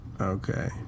Okay